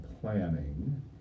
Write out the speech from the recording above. planning